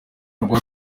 rwa